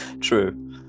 True